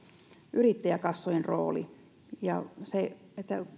yrittäjäkassojen rooli